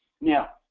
Now